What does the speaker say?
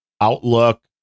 Outlook